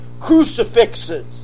crucifixes